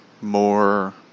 more